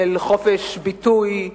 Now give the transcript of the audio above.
של חופש ביטוי,